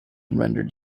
rendered